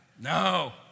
No